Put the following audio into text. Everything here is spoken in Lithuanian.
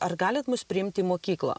ar galit mus priimti į mokyklą